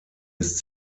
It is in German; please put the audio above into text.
ist